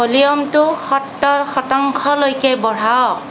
ভলিউমটো সত্তৰ শতাংশলৈকে বঢ়াওঁক